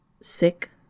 sick